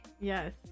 Yes